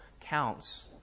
counts